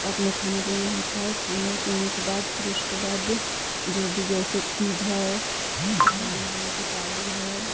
अपने खाना पीना होता है खाने पिने के बाद फ़िर उसके बाद जो भी जैसे तीज है होली है दीपावली है